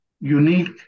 unique